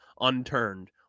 unturned